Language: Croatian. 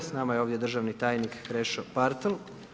S nama je ovdje državni tajnik Krešo Partl.